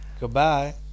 Goodbye